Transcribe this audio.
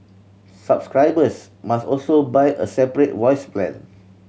subscribers must also buy a separate voice plan